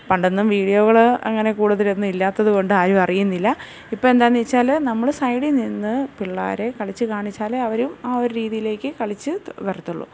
പണ്ടൊന്നും വീഡിയോകൾ അങ്ങനെ കൂടുതലൊന്നും ഇല്ലാത്തത്കൊണ്ട് ആരും അറിയുന്നില്ല ഇപ്പം എന്താണെന്ന് വെച്ചാൽ നമ്മൾ സൈഡീ നിന്ന് പിള്ളേരെ കളിച്ച് കാണിച്ചാലേ അവരും ആ ഒരു രീതിയിലേക്ക് കളിച്ച് വരത്തുള്ളൂ